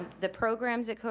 the programs at,